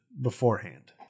beforehand